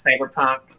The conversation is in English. cyberpunk